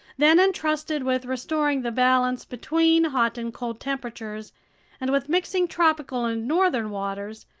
then, entrusted with restoring the balance between hot and cold temperatures and with mixing tropical and northern waters,